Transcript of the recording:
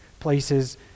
places